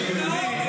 שירי,